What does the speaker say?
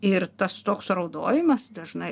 ir tas toks raudojimas dažnai